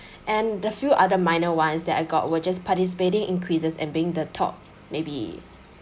and the few other minor ones that I got were just participating increases and being the top maybe